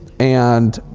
and